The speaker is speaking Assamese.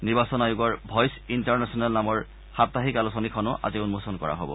নিৰ্বাচন আয়োগৰ ভই্ছ ইণ্টাৰনেচনেল নামৰ সাপ্তাহিক আলোচনীখনো আজি উন্মোচন কৰা হ'ব